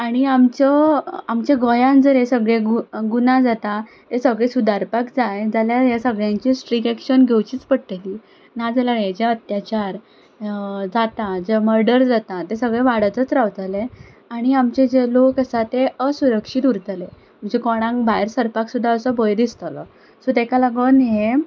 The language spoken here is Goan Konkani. आनी आमचो आमच्या गोंयान जर हें सगळें गुना जाता ते सगळें सुदारपाक जाय जाल्यार ह्या सगल्यांची स्ट्रीक एक्शन घेवचीच पडटली नाजाल्यार हेज्या अत्याचार जाता जे मर्डर जाता ते सगळे वाडतच रावतले आनी आमचे जे लोक आसा ते असुरक्षीत उरतले म्हणजे कोणाक भायर सरपाक सुद्दां असो भंय दिसतलो सो ताका लागून हें